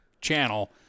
channel